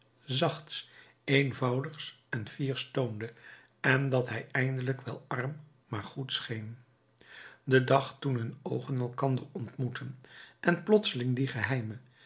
zachts eenvoudigs en fiers toonde en dat hij eindelijk wel arm maar goed scheen den dag toen hun oogen elkander ontmoetten en plotseling die geheime